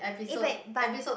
eh back but